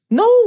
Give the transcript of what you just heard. no